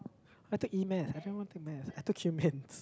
I take E-math I never went to maths I took humans